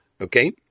Okay